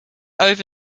over